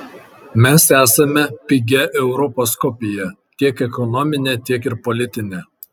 mes esame pigia europos kopija tiek ekonomine tiek ir politine